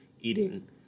eating